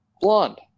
blonde